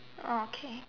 okay